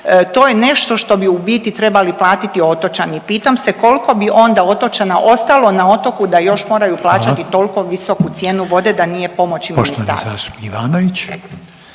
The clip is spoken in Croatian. to je nešto što bi u biti trebali platiti otočani. Pitam se kolko bi onda otočana ostalo na otoku da još moraju plaćati …/Upadica Reiner: Hvala./… tolko visoku cijenu vode da nije pomoći ministarstva.